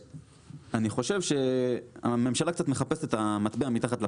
אני חושב שהממשלה קצת מחפשת את המטבע מתחת לפנס.